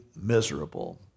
miserable